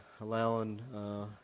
allowing